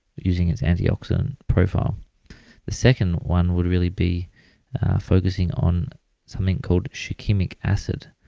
using its anti-oxidant profile the second one would really be focusing on something called shikimic acid,